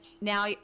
now